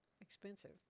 Expensive